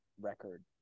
record